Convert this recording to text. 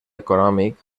econòmic